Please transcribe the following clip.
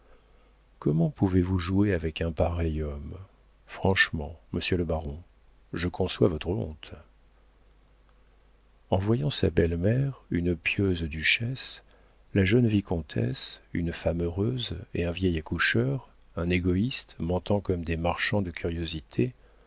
comment pouvez-vous jouer avec un pareil homme franchement monsieur le baron je conçois votre honte en voyant sa belle-mère une pieuse duchesse la jeune vicomtesse une femme heureuse et un vieil accoucheur un égoïste mentant comme des marchands de curiosités